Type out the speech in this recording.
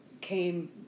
came